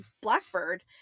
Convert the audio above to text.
blackbird